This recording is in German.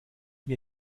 mir